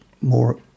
more